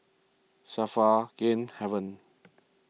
Safra Game Haven